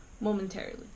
momentarily